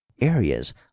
areas